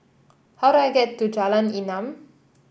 how do I get to Jalan Enam